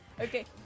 Okay